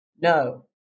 No